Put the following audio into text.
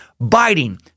biting